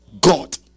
god